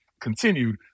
continued